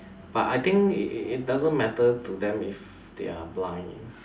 but I think it it doesn't matter to them if they are blind